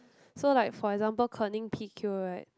so like for example Kerning P_Q right